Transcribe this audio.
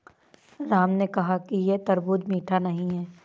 राम ने कहा कि यह तरबूज़ मीठा नहीं है